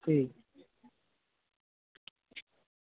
ठीक